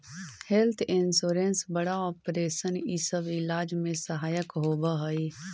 health insurance बड़ा operation इ सब इलाज में सहायक होवऽ हई